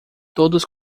todos